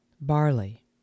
barley